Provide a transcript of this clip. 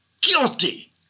guilty